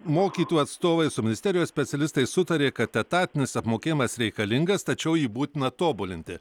mokytų atstovai su ministerijos specialistais sutarė kad etatinis apmokėjimas reikalingas tačiau jį būtina tobulinti